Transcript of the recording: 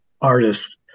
artists